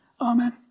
Amen